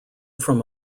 from